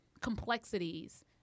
complexities